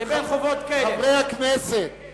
לבין חובות כאלה, אין קשר.